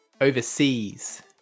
overseas